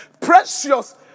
precious